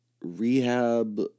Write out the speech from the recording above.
Rehab